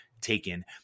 taken